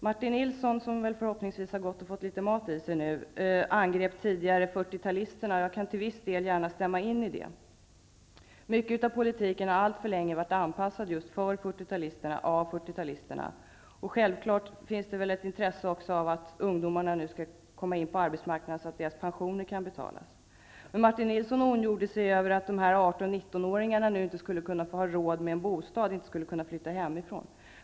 Martin Nilsson angrep tidigare 40-talisterna. Jag kan till viss del gärna instämma. Mycket av politiken har alltför länge varit anpassad just för 40 talisterna av 40-talisterna. Självfallet finns det nu ett intresse av att ungdomarna skall komma in på arbetsmarknaden, så att 40-talisternas pensioner kan betalas. åringarna nu inte skulle kunna ha råd med en bostad, inte kunna flytta hemifrån.